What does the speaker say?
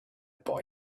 boy